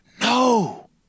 No